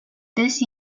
this